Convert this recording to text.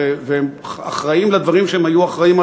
והם אחראים לדברים שהם היו אחראים להם